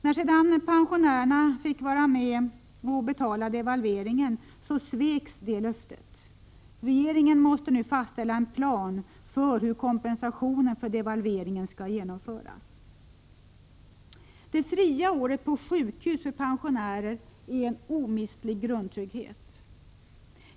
När sedan pensionärerna fick vara med och betala devalveringen, sveks det löftet. Regeringen måste nu fastställa en plan för hur kompensationen för devalveringen skall genomföras. Det fria året på sjukhus för pensionärer är en omistlig grundtrygghet.